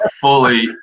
fully